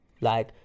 like-